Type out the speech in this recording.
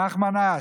נחמן אש,